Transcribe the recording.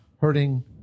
hurting